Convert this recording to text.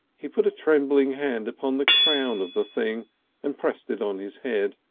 he put a trembling hand upon the crown of the thing and pressed it on his head,